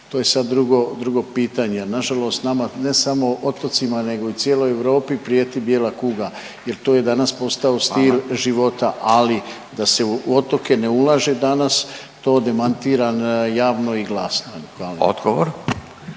to je sad drugo pitanje. A nažalost nama ne samo otocima nego i cijeloj Europi prijeti bijela kuga jer to je danas postao stil …/Upadica Radin: Hvala./… života, ali da se u otoke ne ulaže danas to demantiram javno i glasno. Hvala.